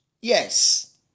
yes